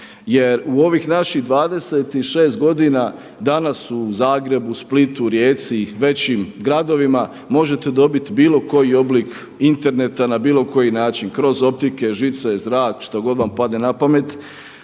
Jer u ovih naših 26 godina u Zagrebu danas u Zagrebu, Splitu, Rijeci i većim gradovima možete dobiti bilo koji oblik interneta na bilo koji način kroz optike, žice, zrak, što god vam padne na pamet